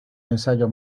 ensayos